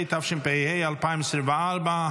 התשפ"ה 2024,